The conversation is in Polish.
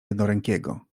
jednorękiego